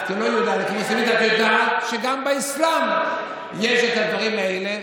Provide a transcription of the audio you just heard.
את יודעת שגם באסלאם יש הדברים האלה,